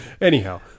anyhow